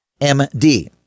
MD